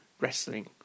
wrestling